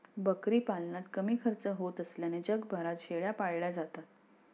बकरी पालनात कमी खर्च होत असल्याने जगभरात शेळ्या पाळल्या जातात